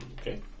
Okay